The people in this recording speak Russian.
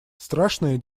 страшное